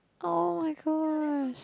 oh-my-gosh